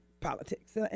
politics